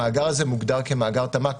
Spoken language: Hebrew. המאגר הזה מוגדר כמאגר תמ"ק